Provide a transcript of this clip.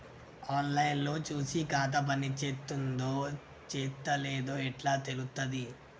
On line లో చూసి ఖాతా పనిచేత్తందో చేత్తలేదో ఎట్లా తెలుత్తది?